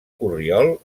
corriol